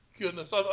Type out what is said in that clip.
Goodness